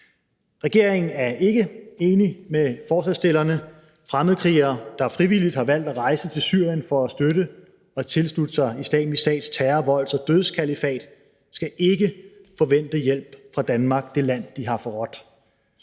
Regeringen er ikke enig med forslagsstillerne. Fremmedkrigere, der frivilligt har valgt at rejse til Syrien for at støtte og tilslutte sig Islamisk Stats terror-, volds- og dødskalifat, skal ikke forvente hjælp fra Danmark – det land, de har forrådt.